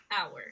hour